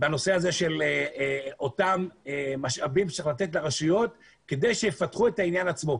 באותם משאבים שצריך לתת לרשויות כדי שיפתחו את העניין עצמו.